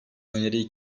öneriyi